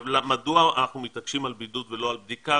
מדוע אנחנו מתעקשים על בידוד ולא על בדיקה?